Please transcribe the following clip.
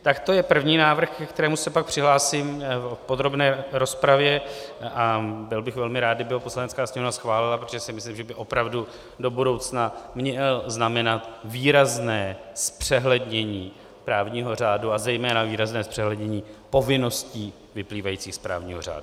Tak to je první návrh, ke kterému se pak přihlásím v podrobné rozpravě, a byl bych velmi rád, kdyby ho Poslanecká sněmovna schválila, protože si myslím, že by opravdu do budoucna měl znamenat výrazné zpřehlednění právního řádu a zejména výrazné zpřehlednění povinností vyplývajících z právního řádu.